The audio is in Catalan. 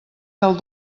del